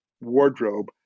wardrobe